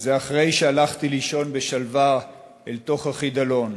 זה אחרי שהלכתי לישון בשלווה אל תוך החידלון.